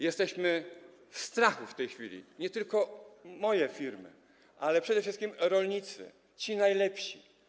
Jesteśmy w strachu w tej chwili, nie tylko moje firmy, ale i przede wszystkim rolnicy, ci najlepsi.